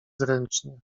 zręcznie